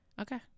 Okay